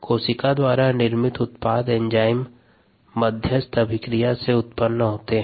कोशिका द्वारा निर्मित उत्पाद एंजाइम मध्यस्थ अभिक्रिया से उत्पन्न होते हैं